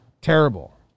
Terrible